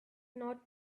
not